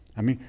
i mean,